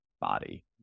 body